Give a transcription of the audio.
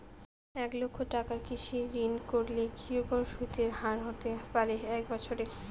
এক লক্ষ টাকার কৃষি ঋণ করলে কি রকম সুদের হারহতে পারে এক বৎসরে?